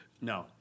No